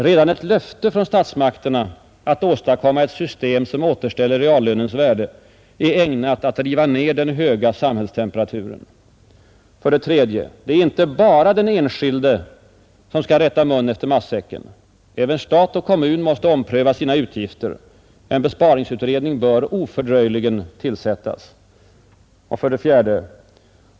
Redan ett löfte från statsmakterna att åstadkomma ett system som återställer reallönens värde är ägnat att driva ner den höga samhällstemperaturen. 3. Det är inte bara den enskilde som skall rätta munnen efter matsäcken. Även stat och kommun måste ompröva sina utgifter. En besparingsutredning bör ofördröjligen tillsättas. 4.